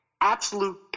absolute